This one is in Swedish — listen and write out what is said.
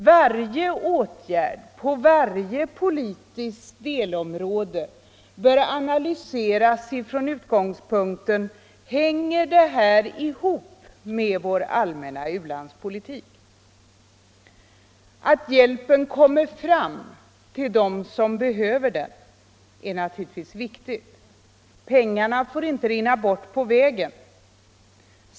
Varje åtgärd på varje politiskt delområde bör analyseras från utgångspunkten: Hänger detta ihop med vår allmänna u-landspolitik? Att hjälpen kommer fram till dem som behöver den är naturligtvis viktigt. Pengarna får inte rinna bort på vägen.